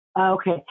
Okay